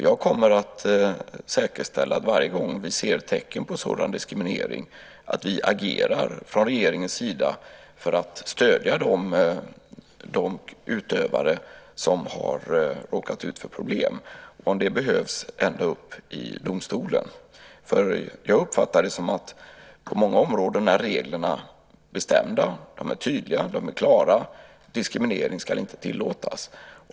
Jag kommer att säkerställa att vi från regeringens sida varje gång vi ser tecken på en sådan diskriminering agerar för att stödja de utövare som råkat ut för problem - ända upp i domstolen om så behövs. Jag uppfattar det så att reglerna på många områden är bestämda; de är tydliga och klara. Diskriminering ska inte tillåtas.